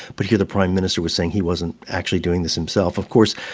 but here the prime minister was saying he wasn't actually doing this himself. of course,